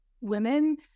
women